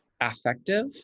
affective